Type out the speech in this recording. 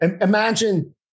imagine